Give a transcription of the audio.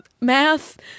Math